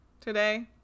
today